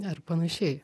ar panašiai